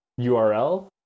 URL